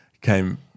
Came